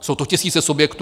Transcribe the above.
Jsou to tisíce subjektů.